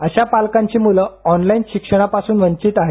अशा पालकांची मुलं ऑनलाईन शिक्षणापासून वंचित आहेत